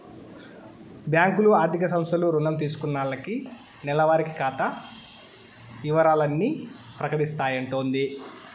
బ్యాంకులు, ఆర్థిక సంస్థలు రుణం తీసుకున్నాల్లకి నెలవారి ఖాతా ఇవరాల్ని ప్రకటిస్తాయంటోది